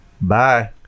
Bye